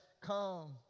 come